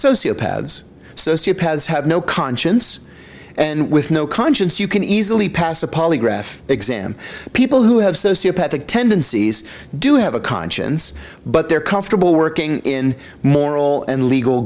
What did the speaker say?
sociopaths sociopaths have no conscience and with no conscience you can easily pass a polygraph exam people who have sociopathic tendencies do have a conscience but they're comfortable working in moral and legal